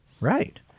right